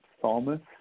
psalmist